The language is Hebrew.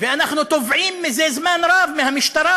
ואנחנו תובעים זה זמן רב מהמשטרה